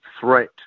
threat